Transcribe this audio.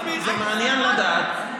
מעניין לדעת,